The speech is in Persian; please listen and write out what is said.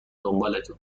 دنبالتون